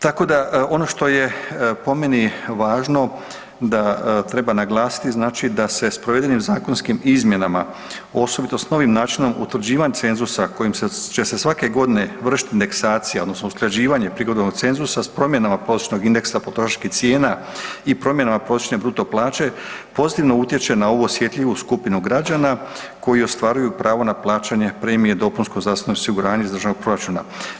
Tako da ono što je po meni važno da treba naglasiti, znači, da se s provedenim zakonskim izmjenama, osobito s novim načinom utvrđivanja cenzusa kojim će se svake godine vršiti indeksacija, odnosno usklađivanje prihodovnog cenzusa s promjenama prosje nog indeksa potrošačkih cijena i promjenama prosječne bruto plaće pozitivno utječe na ovu osjetljivu skupinu građana koji ostvaruju pravo na plaćanje premije dopunskog zdravstvenog osiguranja iz Državnog proračuna.